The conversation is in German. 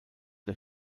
der